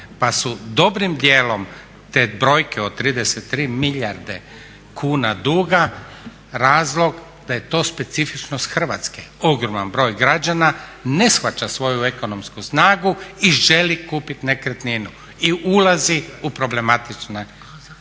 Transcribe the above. pa su dobrim dijelom te brojke od 33 milijarde kuna duga razlog da je to specifičnost Hrvatske. Ogroman broj građana ne shvaća svoju ekonomsku snagu i želi kupiti nekretninu i ulazi u problematične stvari.